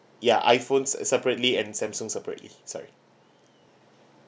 ya iphones separately and Samsung separately sorry